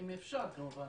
אם אפשר כמובן.